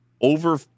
over